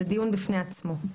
זה דיון בפני עצמו.